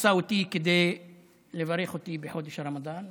לברך אותי בחודש הרמדאן,